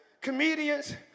comedians